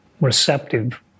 receptive